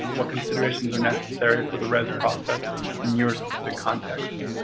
what considerations are necessary for the rez process in your specific context.